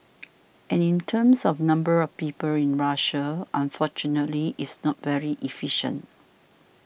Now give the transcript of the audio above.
and in terms of number of people in Russia unfortunately it's not very efficient